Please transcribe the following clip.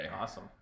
Awesome